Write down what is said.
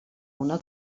una